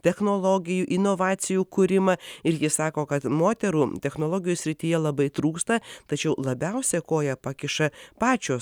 technologijų inovacijų kūrimą ir ji sako kad moterų technologijų srityje labai trūksta tačiau labiausia koją pakiša pačios